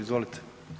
Izvolite.